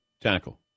tackle